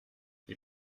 les